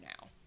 now